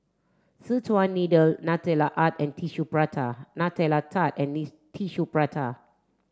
Szechuan Needle Nutella Art and Tissue Prata Nutella Tart and Need Tissue Prata